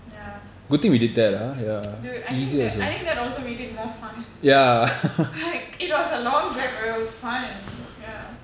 ya dude I think that I think that also made it more fun like it was a long drive but it was fun and ya